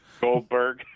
Goldberg